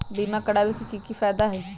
बीमा करबाबे के कि कि फायदा हई?